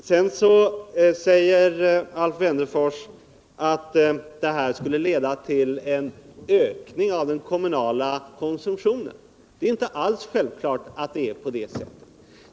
Alf Wennerfors säger att det här förslaget skulle leda till en ökning av den kommunala konsumtionen. Detta är inte alls självklart.